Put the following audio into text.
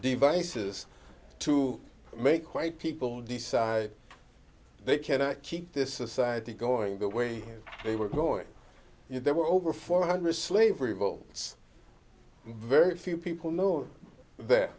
devices to make white people decide they cannot keep this society going the way they were going there were over four hundred slavery but it's very few people know that